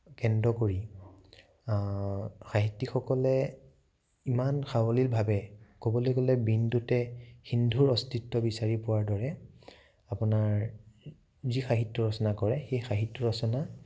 কেন্দ্ৰ কৰি সাহিত্যিকসকলে ইমান সাৱলীলভাৱে ক'বলৈ গ'লে বিন্দুতে সিন্ধুৰ অস্তিত্ব বিচাৰি পোৱাৰ দৰে আপোনাৰ যি সাহিত্য ৰচনা কৰে সেই সাহিত্য ৰচনা